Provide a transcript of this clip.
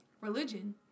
religion